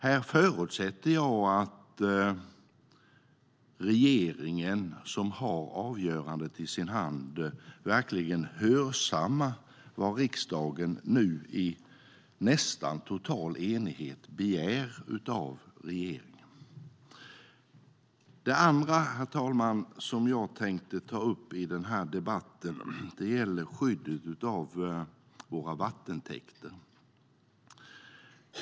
Här förutsätter jag att regeringen, som har avgörandet i sin hand, verkligen hörsammar vad riksdagen nu i nästan total enighet begär av den. Det andra jag tänkte ta upp i den här debatten, herr talman, är skyddet av våra vattentäkter.